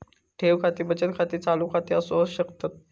ठेव खाती बचत खाती, चालू खाती असू शकतत